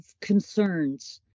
concerns